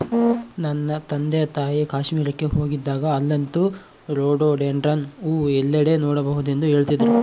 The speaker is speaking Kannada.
ನನ್ನ ತಂದೆತಾಯಿ ಕಾಶ್ಮೀರಕ್ಕೆ ಹೋಗಿದ್ದಾಗ ಅಲ್ಲಂತೂ ರೋಡೋಡೆಂಡ್ರಾನ್ ಹೂವು ಎಲ್ಲೆಡೆ ನೋಡಬಹುದೆಂದು ಹೇಳ್ತಿದ್ರು